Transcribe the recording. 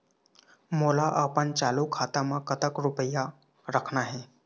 मोला अपन चालू खाता म कतक रूपया रखना हे?